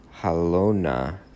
halona